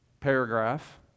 paragraph